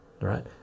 right